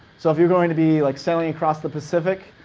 so if you're going to be like sailing across the pacific,